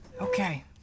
Okay